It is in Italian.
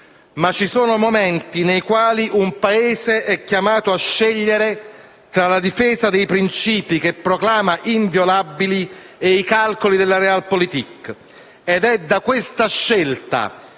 ma ci sono momenti nei quali un Paese è chiamato a scegliere tra la difesa dei principi che proclama inviolabili e i calcoli della *realpolitik*. Ed è da questa scelta